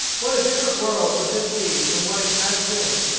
what a different world would this be from what it has been,